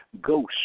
ghosts